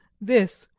this,